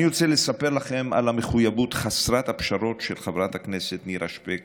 אני רוצה לספר לכם על המחויבות חסרת הפשרות של חברת הכנסת נירה שפק